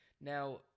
Now